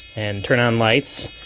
and turn on lights.